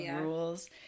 rules